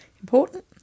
important